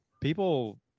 people